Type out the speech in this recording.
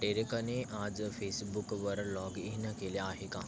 टेरेकाने आज फेसबुकवर log in केल्या आहे का